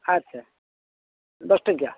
ଆଚ୍ଛା ଦଶ ଟଙ୍କିଆ